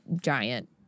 giant